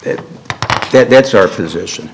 that that that's our position